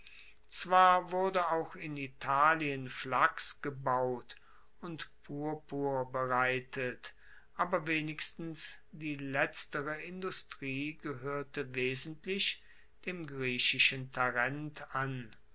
zwar wurde auch in italien flachs gebaut und purpur bereitet aber wenigstens die letztere industrie gehoerte wesentlich dem griechischen tarent an